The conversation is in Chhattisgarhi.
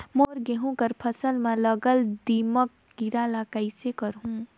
मोर गहूं कर फसल म लगल दीमक कीरा ला कइसन रोकहू?